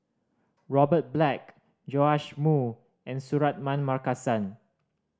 Robert Black Joash Moo and Suratman Markasan